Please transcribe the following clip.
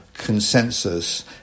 consensus